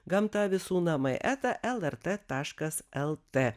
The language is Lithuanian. gamta visų namai eta lrt taškas l t